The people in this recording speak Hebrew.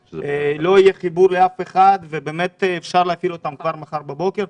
שלא יהיה חיבור לאף אחד ובאמת שאפשר להפעיל אותם כבר מחר בבוקר.